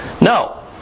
No